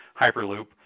Hyperloop